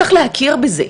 צריך להכיר זה,